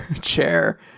chair